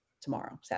tomorrow